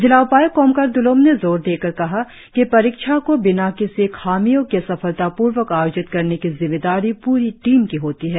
जिला उपाय्क्त कोमकार द्लोम ने जोर देकर कहा कि परीक्षा को बिना किसी खामियों के सफलतापूर्वक आयोजित करने की जिम्मेदारी पूरी टीम की होती है